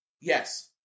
Yes